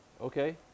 Okay